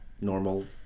normal